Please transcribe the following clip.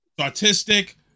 artistic